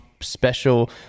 special